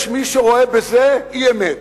יש מי שרואה בזה אי-אמת.